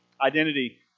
identity